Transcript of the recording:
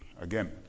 again